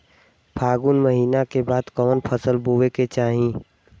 फागुन महीना के बाद कवन फसल बोए के चाही?